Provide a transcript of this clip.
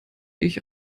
ich